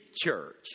church